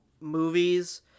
movies